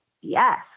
yes